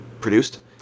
produced